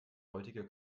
heutige